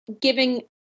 giving